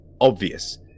obvious